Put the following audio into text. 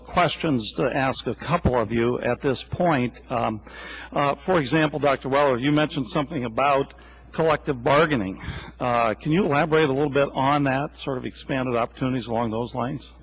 of questions to ask a couple of you at this point for example back to well you mentioned something about collective bargaining can you elaborate a little bit on that sort of expanded opportunities along those lines